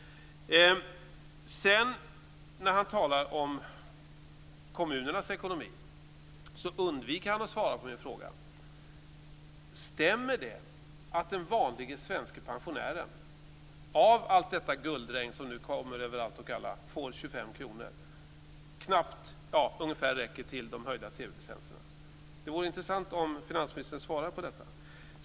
När han sedan talar om kommunernas ekonomi undviker han att svara på min fråga. Stämmer det att den vanlige svenske pensionären av det guldregn som nu faller över allt och alla får 25 kr? Det räcker ungefär till de höjda TV-licenserna. Det vore intressant om finansministern svarade på detta.